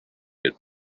had